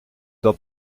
dat